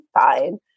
fine